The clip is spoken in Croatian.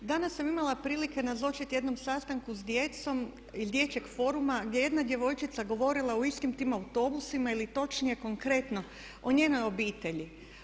Danas sam imala prilike nazočiti jednom sastanku s djecom iz Dječjeg foruma gdje je jedna djevojčica govorila o istim tim autobusima ili točnije konkretno o njenoj obitelji.